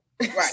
Right